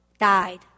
died